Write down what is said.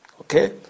Okay